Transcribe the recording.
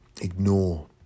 Ignore